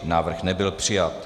Návrh nebyl přijat.